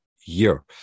year